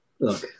look